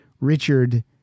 Richard